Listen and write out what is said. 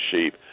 sheep